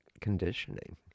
conditioning